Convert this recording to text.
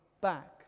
back